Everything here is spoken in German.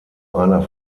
einer